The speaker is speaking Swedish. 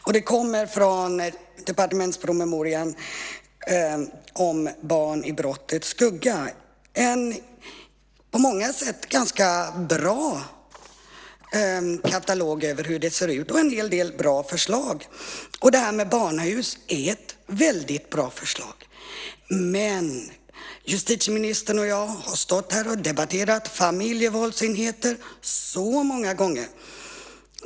Ursprunget är departementspromemorian Barnen i brottets skugga , en på många sätt ganska bra katalog över hur det ser ut och en hel del bra förslag. Det här med barnahus är ett väldigt bra förslag. Men justitieministern och jag har stått här och debatterat familjevåldsenheter så många gånger.